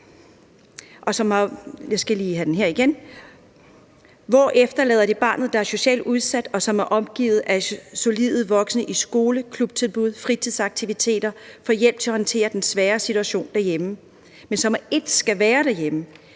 Hvor efterlader det barnet, der er socialt udsat, og som er omgivet af solide voksne i skole, klubtilbud, fritidsaktiviteter og dér får hjælp til at håndtere den svære situation derhjemme, men som med ét skal være derhjemme?